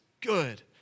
good